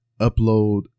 upload